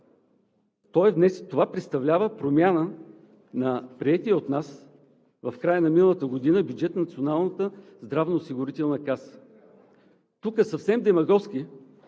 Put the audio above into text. това представлява промяна на приетия от нас в края на миналата година бюджет на Националната здравноосигурителна каса. Тук съвсем демагогски